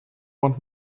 want